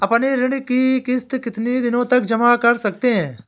अपनी ऋण का किश्त कितनी दिनों तक जमा कर सकते हैं?